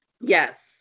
Yes